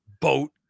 boat